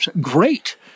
great